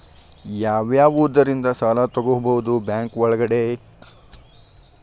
ಯಾವ್ಯಾವುದರಿಂದ ಸಾಲ ತಗೋಬಹುದು ಬ್ಯಾಂಕ್ ಒಳಗಡೆ?